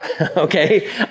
Okay